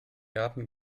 garten